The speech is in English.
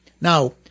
Now